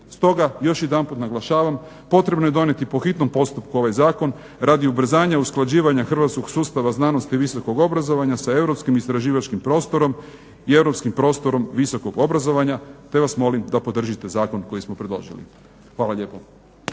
Stoga još jedanput naglašavam, potrebno je donijeti po hitnom postupku ovaj zakon, radi ubrzanja usklađivanja hrvatskog sustava znanosti, visokog obrazovanja sa europskim istraživačkim prostorom i europskim prostorom visokog obrazovanja. Te vas molim da podržite zakon koji smo predložili. Hvala lijepa.